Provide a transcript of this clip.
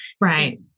Right